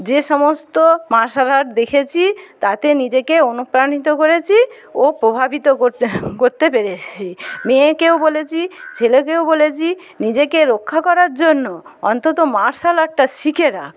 যে সমস্ত martial art দেখেছি তাতে নিজেকে অনুপ্রাণিত করেছি ও প্রভাবিত করতে করতে পেরেছি মেয়েকেও বলেছি ছেলেকেও বলেছি নিজেকে রক্ষা করার জন্য অন্তত মার্শাল আর্টটা শিখে রাখ